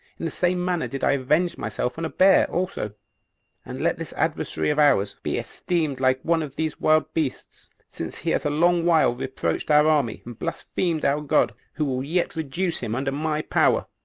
in the same manner did i avenge myself on a bear also and let this adversary of ours be esteemed like one of these wild beasts, since he has a long while reproached our army, and blasphemed our god, who yet reduce him under my power.